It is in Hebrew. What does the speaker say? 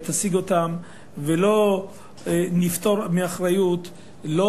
תשיג אותם, ולא נפטור מאחריות לא